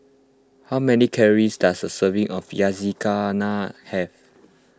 how many calories does a serving of Yakizakana have